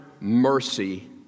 mercy